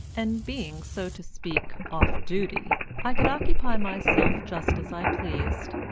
and being, so to speak, off duty, i could occupy myself just as i pleased.